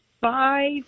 five